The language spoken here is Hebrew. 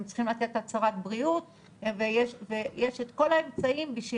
הם צריכים לתת הצהרת בריאות ויש את כל האמצעים בשביל